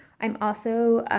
i'm also,